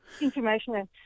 information